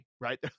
Right